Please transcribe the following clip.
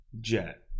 Jet